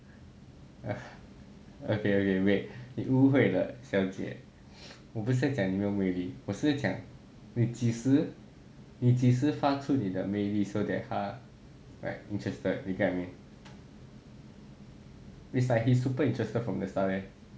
okay okay wait 你误会了小姐我不是在讲你没有魅力我是讲你几时你几时发出你的魅力 so that 他 like interested you get what I mean it's like he's super interested from the start leh